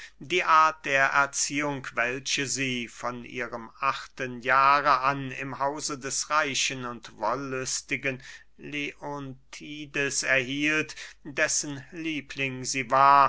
die art der erziehung welche sie von ihrem achten jahre an im hause des reichen und wollüstigen leontides erhielt dessen liebling sie war